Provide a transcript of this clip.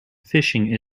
fishing